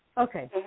Okay